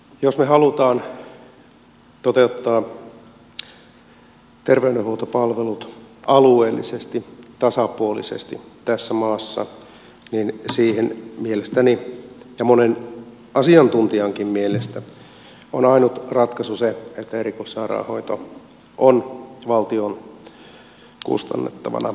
jos me haluamme toteuttaa terveydenhuoltopalvelut alueellisesti tasapuolisesti tässä maassa niin siihen mielestäni ja monen asiantuntijankin mielestä on ainut ratkaisu se että erikoissairaanhoito on valtion kustannettavana ja tuotettavana